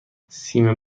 سیم